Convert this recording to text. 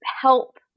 help